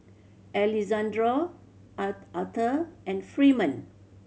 Alexandro Aurthur and Freeman